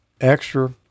Extra